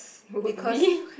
would we